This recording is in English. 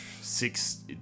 six